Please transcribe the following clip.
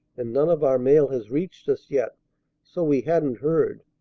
and none of our mail has reached us yet so we hadn't heard.